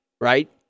right